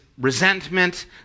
resentment